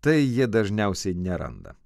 tai jie dažniausiai neranda